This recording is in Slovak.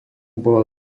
bola